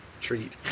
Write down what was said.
treat